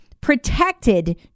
protected